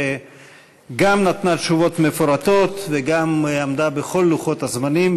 שגם נתנה תשובות מפורטות וגם עמדה בכל לוחות הזמנים,